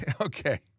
Okay